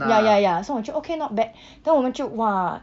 ya ya ya so 我就 okay not bad then 我们就 !wah!